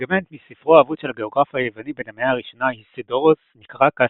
פרגמנט מספרו האבוד של הגאוגרף היווני בן המאה ה-1 איסידורוס מכאראקס,